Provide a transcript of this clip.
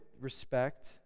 respect